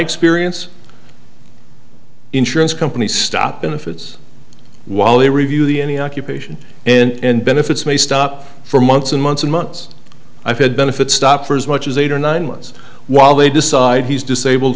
perience insurance company stop and if it's while they review the any occupation and benefits may stop for months and months and months i've had benefits stop for as much as eight or nine months while they decide he's disabled